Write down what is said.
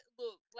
look